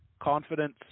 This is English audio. Confidence